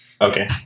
Okay